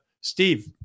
Steve